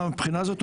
מהבחינה הזאת,